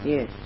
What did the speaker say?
Yes